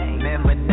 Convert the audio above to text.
Remember